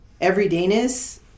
everydayness